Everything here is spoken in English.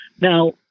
Now